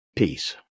Peace